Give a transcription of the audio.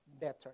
better